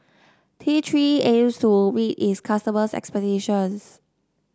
T Three aims to meet its customers' expectations